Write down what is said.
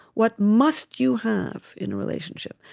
what must you have in a relationship?